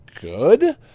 good